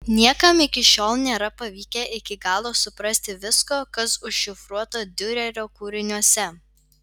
niekam iki šiol nėra pavykę iki galo suprasti visko kas užšifruota diurerio kūriniuose